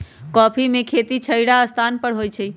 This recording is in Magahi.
कॉफ़ी में खेती छहिरा स्थान पर होइ छइ